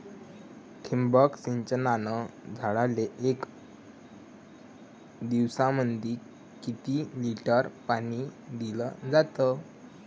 ठिबक सिंचनानं झाडाले एक दिवसामंदी किती लिटर पाणी दिलं जातं?